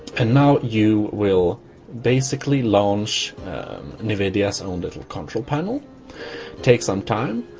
and now you will basically launch and nvidia zone little control panel take some time.